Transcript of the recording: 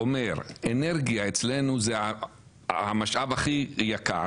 אנרגיה אצלנו זה המשאב הכי יקר,